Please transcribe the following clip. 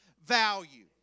Value